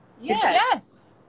Yes